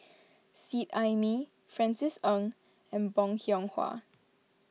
Seet Ai Mee Francis Ng and Bong Hiong Hwa